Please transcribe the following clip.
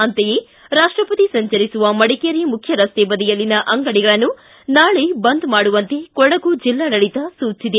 ಅಂತೆಯೇ ರಾಷ್ಟಪತಿ ಸಂಚರಿಸುವ ಮಡಿಕೇರಿ ಮುಖ್ಯರಸ್ತೆ ಬದಿಯಲ್ಲಿನ ಅಂಗಡಿಗಳನ್ನೂ ನಾಳೆ ಬಂದ್ ಮಾಡುವಂತೆ ಕೊಡಗು ಜಿಲ್ಲಾಡಳಿತ ಸೂಚಿಸಿದೆ